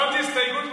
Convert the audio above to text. זאת הסתייגות מצחיקה.